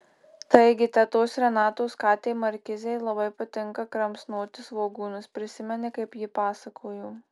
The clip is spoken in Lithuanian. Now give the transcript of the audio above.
taigi tetos renatos katei markizei labai patinka kramsnoti svogūnus prisimeni kaip ji pasakojo